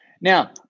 Now